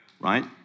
Right